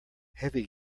heavy